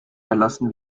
erlassen